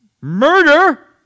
murder